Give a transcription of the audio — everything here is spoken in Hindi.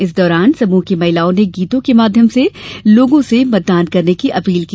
इस दौरान समृह की महिलाओं ने गीतों के माध्यम से लोगों से मतदान करने की अपील की